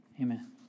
amen